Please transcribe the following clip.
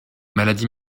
maladies